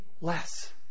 less